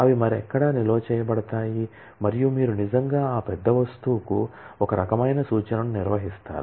అవి మరెక్కడా నిల్వ చేయబడతాయి మరియు మీరు నిజంగా ఆ పెద్ద వస్తువుకు ఒక రకమైన సూచనను నిర్వహిస్తారు